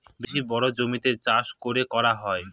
বেশি বড়ো জমিতে চাষ করে করা হয়